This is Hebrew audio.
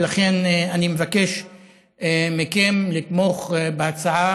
ולכן אני מבקש מכם לתמוך בהצעה